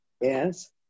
Yes